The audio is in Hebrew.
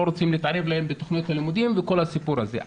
רוצים להתערב להם בתכנית הלימודים וכל הסיפור הזה.